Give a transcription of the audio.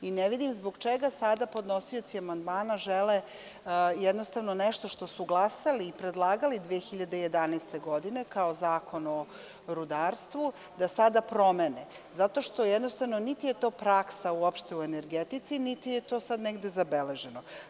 Ne vidim zbog čega sada podnosioci amandmana žele jednostavno nešto što su glasali i predlagali 2011. godine, kao Zakon o rudarstvu, da sada promene, zato što jednostavno niti je to praksa uopšte u energetici, niti je to sada negde zabeleženo.